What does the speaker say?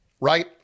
right